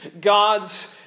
God's